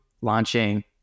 launching